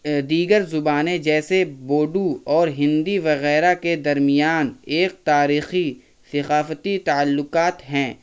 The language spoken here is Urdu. دیگر زبانیں جیسے بوڈو اور ہندی وغیرہ کے درمیان ایک تاریخی ثقافتی تعلقات ہیں